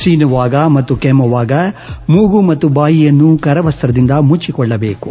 ಸೀನುವಾಗ ಮತ್ತು ಕೆಮ್ಮುವಾಗ ಮೂಗು ಮತ್ತು ಬಾಯಿಯನ್ನು ಕರವಸ್ತದಿಂದ ಮುಚ್ಚಕೊಳ್ಳಬೇಕು